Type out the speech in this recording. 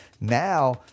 Now